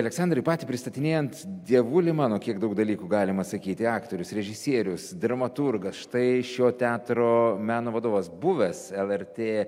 aleksandrai patį pristatinėjant dievuli mano kiek daug dalykų galima sakyti aktorius režisierius dramaturgas štai šio teatro meno vadovas buvęs lrt